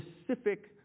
specific